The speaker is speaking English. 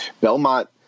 Belmont